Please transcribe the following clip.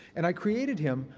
and i created him,